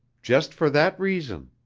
just for that reason.